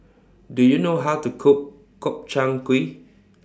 Do YOU know How to Cook Gobchang Gui